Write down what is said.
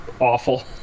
awful